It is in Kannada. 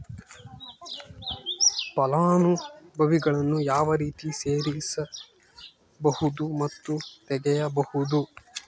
ಫಲಾನುಭವಿಗಳನ್ನು ಯಾವ ರೇತಿ ಸೇರಿಸಬಹುದು ಮತ್ತು ತೆಗೆಯಬಹುದು?